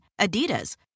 Adidas